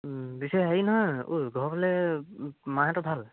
পিছে হেৰি নহয় ঐ ঘৰৰফালে মাহেঁতৰ ভাল